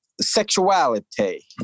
sexuality